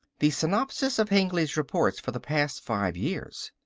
the synopsis of hengly's reports for the past five years.